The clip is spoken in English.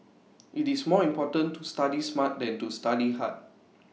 IT is more important to study smart than to study hard